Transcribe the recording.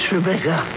Rebecca